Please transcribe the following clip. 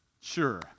sure